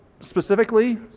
specifically